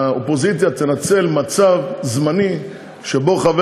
שהאופוזיציה תנצל מצב זמני שבו חבר